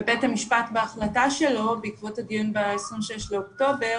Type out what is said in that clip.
בית המשפט בהחלטה שלו בעקבות הדיון ב-26 באוקטובר,